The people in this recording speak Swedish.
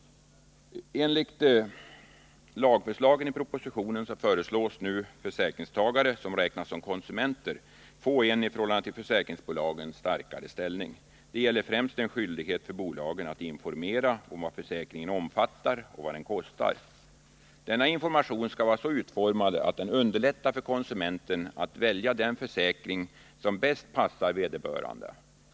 Enligt lagförslagen i propositionen föreslås nu de försäkringstagare som räknas som konsumenter få en i förhållande till försäkringsbolagen starkare ställning. Det gäller en skyldighet för bolagen att informera om vad försäkringen omfattar och vad den kostar. Denna information skall vara så utformad att den underlättar för konsumenten att välja den försäkring som bäst passar vederbörande.